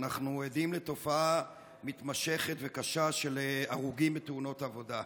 אנחנו עדים לתופעה מתמשכת וקשה של הרוגים בתאונות עבודה.